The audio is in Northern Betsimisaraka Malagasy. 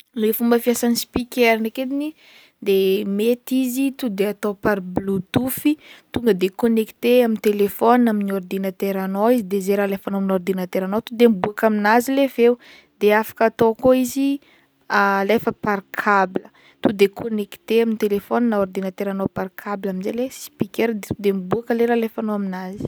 Le fomba fiasan'ny speaker ndraiky ediny, de mety izy to'de atao par bleutooth i, tonga de connecter amy telephone, amin'ny ordinateranao izy de zay raha alefanao amin'ny ordinateranao to'de miboaka amin'azy le feo, de afaka atao koa izy alefa par cable, to de connecter amy tejephone na ordinateranao par cable amizay le speaker to'de mibboaka le raha alefanao amin'azy.